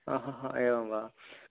आ हा हा एवं वा